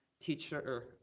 teacher